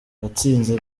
gatsinzi